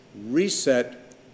reset